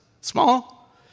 small